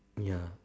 ya